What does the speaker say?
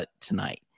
tonight